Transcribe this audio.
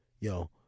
Yo